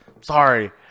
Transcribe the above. Sorry